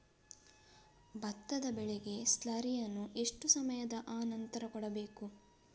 ಭತ್ತದ ಬೆಳೆಗೆ ಸ್ಲಾರಿಯನು ಎಷ್ಟು ಸಮಯದ ಆನಂತರ ಕೊಡಬೇಕು?